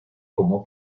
como